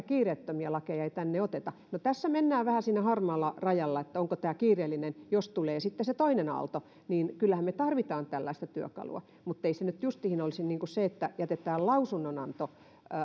kiireettömiä lakeja ei tänne oteta no tässä mennään vähän siinä harmaalla rajalla onko tämä kiireellinen jos tulee se toinen aalto niin kyllähän me tarvitsemme tällaista työkalua muttei se nyt justiin olisi se että jätetään lausunnonanto